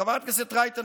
חברת הכנסת רייטן,